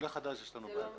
עם עולה חדש יש לנו בעיה.